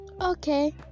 okay